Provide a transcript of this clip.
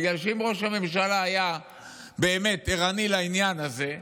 בגלל שאם ראש הממשלה היה באמת ערני לעניין הזה,